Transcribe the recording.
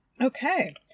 Okay